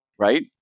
right